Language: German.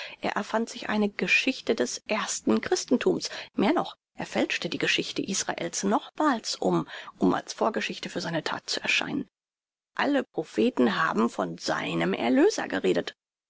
er erfand sich eine geschichte des ersten christentums mehr noch er fälschte die geschichte israels nochmals um um als vorgeschichte für seine that zu erscheinen alle propheten haben von seinem erlöser geredet